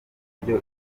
buryo